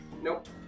Nope